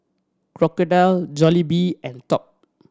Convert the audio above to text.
Crocodile Jollibee and Top